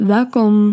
Welkom